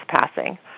passing